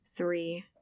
Three